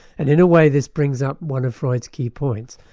and in a way this brings up one of freud's key points,